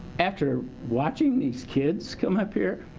after watching these kids come up here.